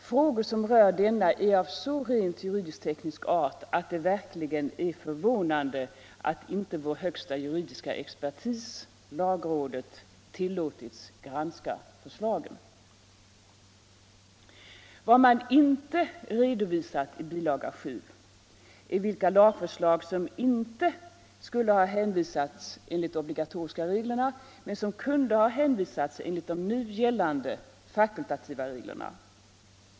Frågor som rör denna är av så rent juridisk-teknisk art att det verkligen är förvånande att inte vår högsta juridiska expertis, lagrådet, tillåtits granska förslagen. Vad man inte redovisat i bilaga 7 är vilka lagförslag som inte skulle ha hänvisats enligt de obligatoriska reglerna men som kunde ha hänvisats enligt de nu gällande fakultativa reglerna.